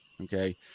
okay